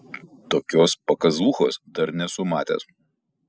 tokios pakazūchos dar nesu matęs